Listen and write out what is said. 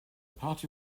party